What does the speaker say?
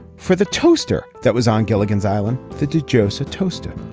for the toaster that was on gilligan's island. the dish josette toasted